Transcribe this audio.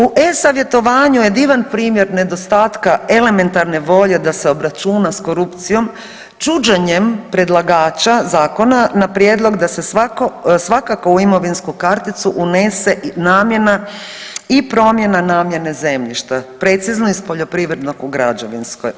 U e-Savjetovanju je divan primjer nedostatka elementne volje da se obračuna s korupcijom čuđenjem predlagača zakona na prijedlog da se svakako u imovinsku karticu unese i namjena i promjena namjene zemljišta, precizno iz poljoprivrednog u građevinsko.